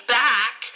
back